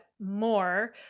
more